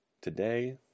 Today